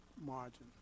margin